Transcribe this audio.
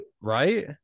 Right